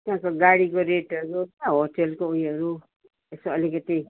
त्यहाँको गाडीको रेटहरू क्या होटेलको उयोहरू यसो अलिकति